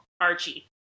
Archie